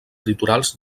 litorals